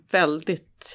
väldigt